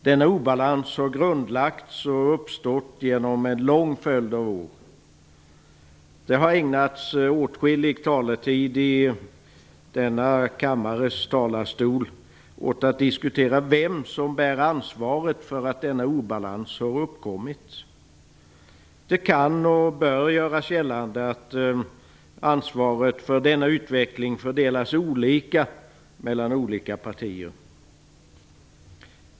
Denna obalans har grundlagts och uppstått genom en lång följd av år. Det har ägnats åtskillig taletid i denna kammares talarstol åt att diskutera vem som bär ansvaret för att denna obalans har uppkommit. Det kan och bör göras gällande att ansvaret för denna utveckling fördelas olika mellan olika partier.